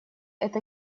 это